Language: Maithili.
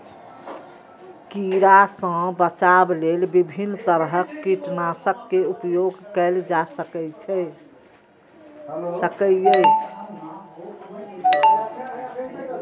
कीड़ा सं बचाव लेल विभिन्न तरहक कीटनाशक के उपयोग कैल जा सकैए